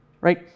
Right